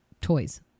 toys